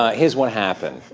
ah here's what happened.